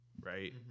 right